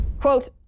Quote